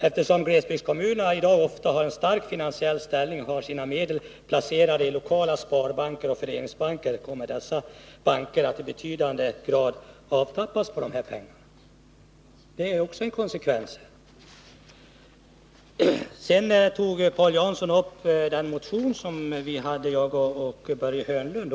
Eftersom glesbygdskommunerna i dag ofta har en stark finansiell ställning och ofta har sina medel placerade i lokala sparbanker och föreningsbanker, kommer dessa banker att i betydande grad avtappas på dessa pengar. Det är också en konsekvens. Sedan berörde Paul Jansson den motion som Börje Hörnlund och jag lagt fram.